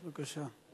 בבקשה.